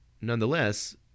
nonetheless